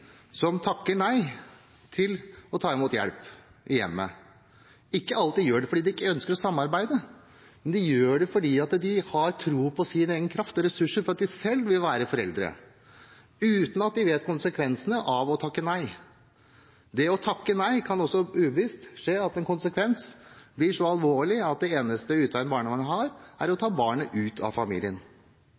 som takker nei til å ta imot hjelp i hjemmet, ikke alltid gjør det fordi de ikke ønsker å samarbeide; de gjør det fordi de har tro på sin egen kraft og sine egne ressurser til selv å være foreldre, uten at de kjenner konsekvensene av å takke nei. En alvorlig konsekvens av å takke nei kan være at den eneste utveien barnevernet har, er å ta barnet ut av familien.